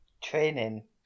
Training